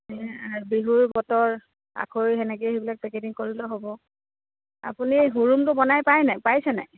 আৰু বিহুৰ বতৰ আখৈ সেনেকে সেইবিলাক পেকেটিং কৰিলে হ'ব আপুনি হুৰুমটো বনাই পাই নাই পাইছেনে